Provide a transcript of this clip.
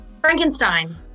Frankenstein